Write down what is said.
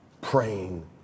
praying